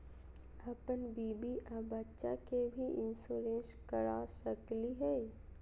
अपन बीबी आ बच्चा के भी इंसोरेंसबा करा सकली हय?